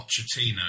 pochettino